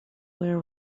were